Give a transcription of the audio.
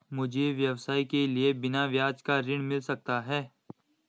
मुझे व्यवसाय के लिए बिना ब्याज का ऋण मिल सकता है?